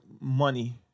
money